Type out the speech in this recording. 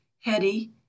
Hetty